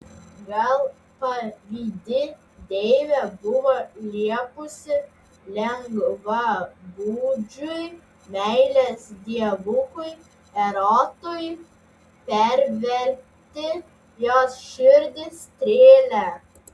gal pavydi deivė buvo liepusi lengvabūdžiui meilės dievukui erotui perverti jos širdį strėle